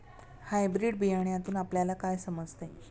Hybrid बियाण्यातून आपल्याला काय समजते?